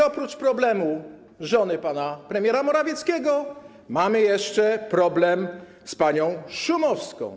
Oprócz problemu żony pana premiera Morawieckiego mamy jeszcze problem z panią Szumowską.